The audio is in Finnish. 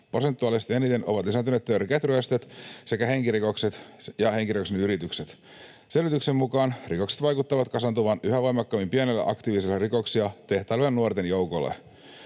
Prosentuaalisesti eniten ovat lisääntyneet törkeät ryöstöt sekä henkirikokset ja henkirikoksen yritykset. Selvityksen mukaan rikokset vaikuttavat kasaantuvan yhä voimakkaammin pienelle, aktiiviselle rikoksia tehtailevalle nuorten joukolle.